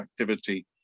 activity